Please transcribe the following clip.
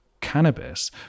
cannabis